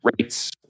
rates